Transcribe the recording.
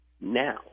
now